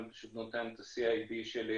אני פשוט את ה-CID שלי.